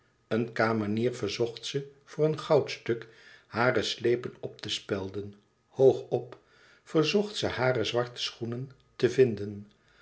een kamenier verzocht ze voor een goudstuk hare slepen op te spelden hoog op verzocht ze haar zwarte schoenen te vinden